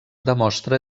demostra